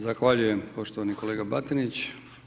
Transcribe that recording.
Zahvaljujem poštovani kolega Batinić.